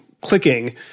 clicking